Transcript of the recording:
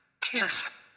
kiss